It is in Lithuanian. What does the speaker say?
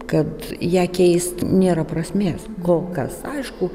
kad ją keist nėra prasmės kol kas aišku